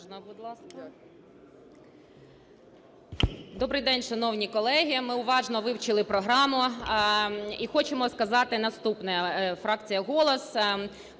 Добрий день, шановні колеги, ми уважно вивчили програму і хочемо сказати наступне, фракція "Голос".